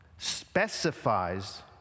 specifies